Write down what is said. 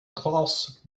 klaus